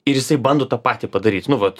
ir jisai bando tą patį padaryt nu vat